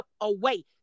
away